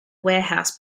warehouse